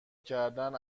کردن